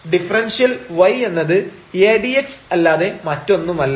എന്തെന്നാൽ differential y എന്നത് Adx അല്ലാതെ മറ്റൊന്നുമല്ല